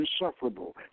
insufferable